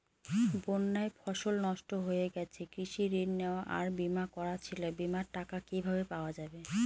বন্যায় ফসল নষ্ট হয়ে গেছে কৃষি ঋণ নেওয়া আর বিমা করা ছিল বিমার টাকা কিভাবে পাওয়া যাবে?